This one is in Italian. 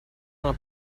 una